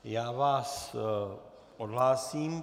Já vás odhlásím.